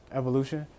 evolution